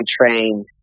trained